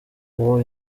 uwo